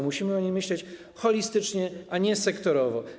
Musimy o niej myśleć holistycznie, a nie sektorowo.